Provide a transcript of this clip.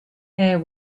air